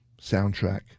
soundtrack